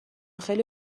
خیلی